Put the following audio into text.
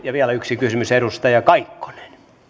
ja vielä yksi kysymys edustaja kaikkonen